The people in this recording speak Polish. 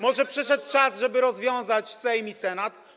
Może przyszedł czas, żeby rozwiązać Sejm i Senat?